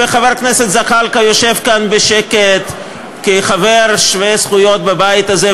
וחבר הכנסת זחאלקה יושב כאן בשקט כחבר שווה-זכויות בבית הזה,